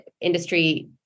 industry